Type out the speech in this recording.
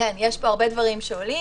כן, יש פה הרבה דברים שעולים.